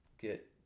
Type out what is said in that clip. get